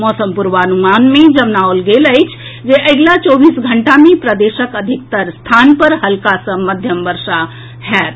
मौसम पूर्वानुमान मे जनाओल गेल अछि जे अगिला चौबीस घंटा मे प्रदेशक अधिकतर स्थान पर हल्का सॅ मध्यम वर्षा होएत